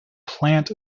plant